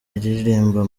iririmba